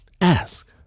ask